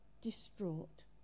distraught